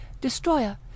Destroyer